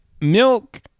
Milk